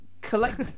collect